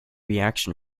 reaction